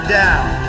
down